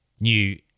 New